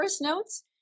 notes